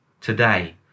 today